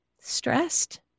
stressed